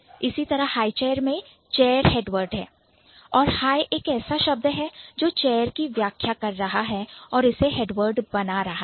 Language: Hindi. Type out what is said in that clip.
इसी तरह HighChair मैं चेयर हेडवर्ड है और high एक ऐसा शब्द है जो chair की व्याख्या कर रहा है और इसे हेडवर्ड बना रहा है